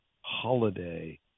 holiday